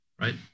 right